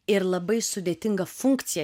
ir labai sudėtingą funkciją